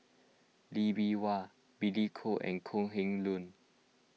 Lee Bee Wah Billy Koh and Kok Heng Leun